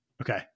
okay